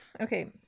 Okay